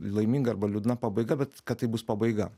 laiminga arba liūdna pabaiga bet kad tai bus pabaiga